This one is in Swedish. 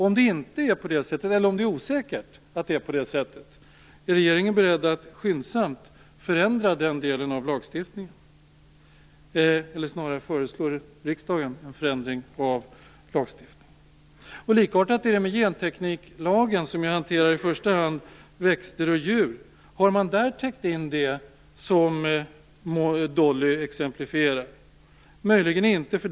Om det inte är på det sättet, eller om det är osäkert att det är på det sättet, är regeringen då beredd att skyndsamt föreslå riksdagen att förändra den delen av lagstiftningen? På likartat sätt förhåller det sig med gentekniklagen, som i första hand hanterar växter och djur. Har man där täckt in det som Dolly exemplifierar? Möjligen inte.